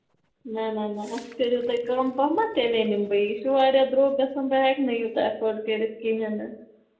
نہ نہ نہ اَسہِ کٔرِو تُہۍ کَم پَہمَتھ تیٚلے نِمہٕ بہٕ یہِ چھُ واریاہ درٛوگ گژھان بہٕ ہٮ۪کہٕ نہٕ یوٗتاہ ایٚفٲڈ کٔرِتھ کِہیٖنۍ نہٕ